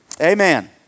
Amen